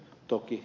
toki